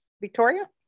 Victoria